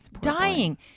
Dying